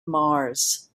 mars